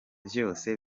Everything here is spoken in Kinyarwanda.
vyose